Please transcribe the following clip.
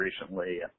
recently